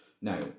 Now